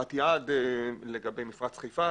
קבעת יעד לגבי מפרץ חיפה.